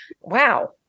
wow